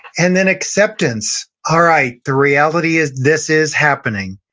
and then acceptance, alright, the reality is, this is happening.